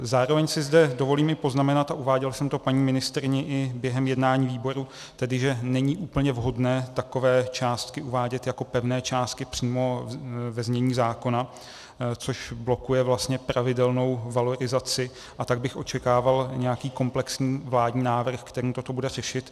Zároveň si zde dovolím i poznamenat, a uváděl jsem to paní ministryni i během jednání výboru, tedy že není úplně vhodné takové částky uvádět jako pevné částky přímo ve znění zákona, což blokuje pravidelnou valorizaci, a tak bych očekával nějaký komplexní vládní návrh, který toto bude řešit.